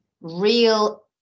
real